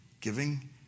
Giving